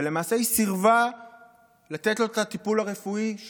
ולמעשה היא סירבה לתת לו את הטיפול הרפואי שהוא